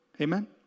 amen